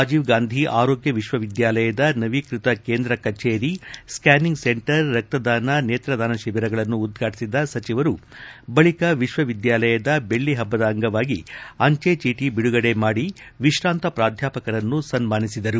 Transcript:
ರಾಜೀವ್ ಗಾಂಧಿ ಆರೋಗ್ಯ ವಿವಿಯ ನವೀಕೃತ ಕೇಂದ್ರ ಕಛೇರಿ ಸ್ಥ್ಯಾನಿಂಗ್ ಸೆಂಟರ್ ರಕ್ತದಾನ ನೇತ್ರದಾನ ಶಿಬಿರಗಳನ್ನು ಉದ್ಘಾಟಿಸಿದ ಸಚಿವರು ಬಳಿಕ ವಿಶ್ವವಿದ್ಯಾಲಯದ ದೆಳ್ಳಿ ಹಬ್ಬದ ಅಂಗವಾಗಿ ಅಂಚೆ ಚೀಟಿ ಬಿಡುಗಡೆ ಮಾಡಿ ವಿಶ್ವಾಂತ ಪ್ರಾಧ್ವಾಪಕರನ್ನು ಸನ್ನಾನಿಸಿದರು